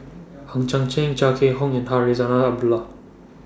Hang Chang Chieh Chia Keng Hock and Zarinah Abdullah